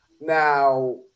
Now